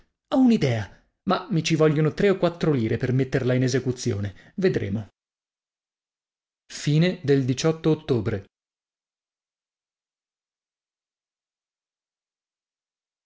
ho un'idea ma mi ci vogliono tre o quattro lire per metterla in esecuzione edremo ottobre